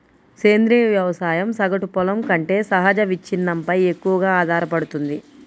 సేంద్రీయ వ్యవసాయం సగటు పొలం కంటే సహజ విచ్ఛిన్నంపై ఎక్కువగా ఆధారపడుతుంది